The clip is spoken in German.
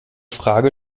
frage